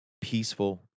Peaceful